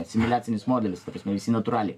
asimiliacinis modelis ta prasme visi natūraliai